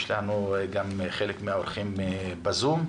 יש לנו גם אורחים בזום.